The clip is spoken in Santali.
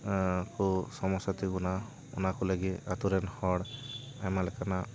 ᱠᱚ ᱥᱚᱢᱚᱥᱟ ᱛᱤᱜᱩᱱᱟ ᱚᱱᱟ ᱠᱚ ᱞᱟᱹᱜᱤᱫ ᱟᱛᱳ ᱨᱮᱱ ᱦᱚᱲ ᱟᱭᱢᱟ ᱞᱮᱠᱟᱱᱟᱜ